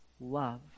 love